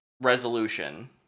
resolution